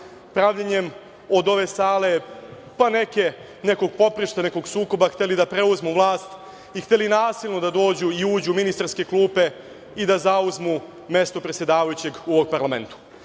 pravljenjem od ove sale, pa neke, nekog poprišta, nekog sukoba, hteli da preuzmu vlast i hteli nasilno da dođu i uđu u ministarske klupe i da zauzmu mesto predsedavajućeg u ovom parlamentu.25/2